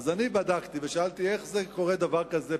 אז אני בדקתי ושאלתי איך קורה דבר כזה,